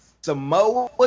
Samoa